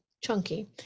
chunky